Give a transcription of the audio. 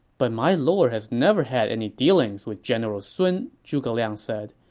but my lord has never had any dealings with general sun, zhuge liang said.